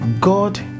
God